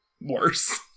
worse